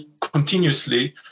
continuously